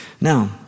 Now